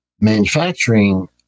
manufacturing